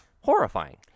Horrifying